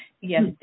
yes